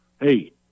Hey